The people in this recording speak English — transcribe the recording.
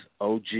OG